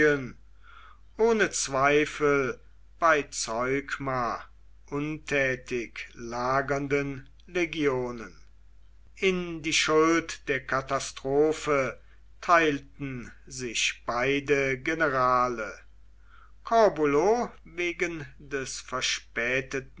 ohne zweifel bei zeugma untätig lagernden legionen in die schuld der katastrophe teilten sich beide generale corbulo wegen des verspäteten